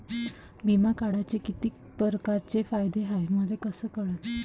बिमा काढाचे कितीक परकारचे फायदे हाय मले कस कळन?